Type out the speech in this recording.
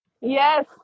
Yes